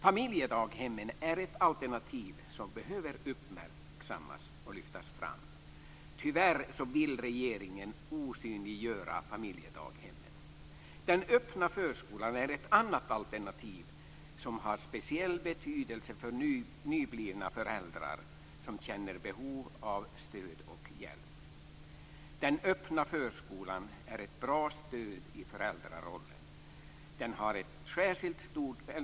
Familjedaghemmen är ett alternativ som behöver uppmärksammas och lyftas fram. Tyvärr vill regeringen osynliggöra familjedaghemmen. Den öppna förskolan är ett annat alternativ som har speciell betydelse för nyblivna föräldrar som känner behov av hjälp och stöd. Den öppna förskolan är ett bra stöd i föräldrarollen.